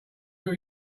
got